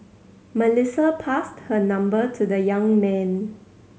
Melissa passed her number to the young man